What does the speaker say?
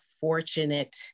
fortunate